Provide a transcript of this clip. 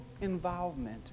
involvement